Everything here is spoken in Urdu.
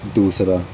دوسرا